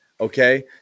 okay